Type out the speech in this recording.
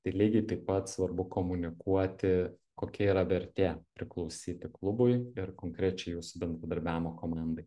tai lygiai taip pat svarbu komunikuoti kokia yra vertė priklausyti klubui ir konkrečiai jūsų bendradarbiavimo komandai